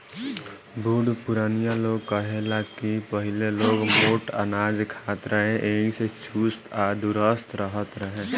बुढ़ पुरानिया लोग कहे ला की पहिले लोग मोट अनाज खात रहे एही से चुस्त आ दुरुस्त रहत रहे